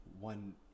one